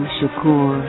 Shakur